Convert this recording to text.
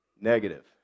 Negative